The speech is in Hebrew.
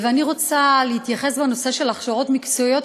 אני רוצה להתייחס לנושא ההכשרות המקצועיות,